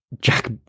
Jack